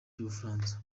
cy’ubufaransa